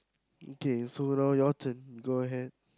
okay so now your turn go ahead